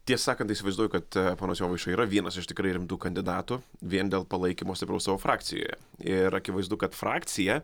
tiesą sakant įsivaizduoju kad ponas jovaiša yra vienas iš tikrai rimtų kandidatų vien dėl palaikymo stipraus savo frakcijoje ir akivaizdu kad frakcija